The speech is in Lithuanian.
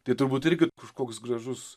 tai turbūt irgi kažkoks gražus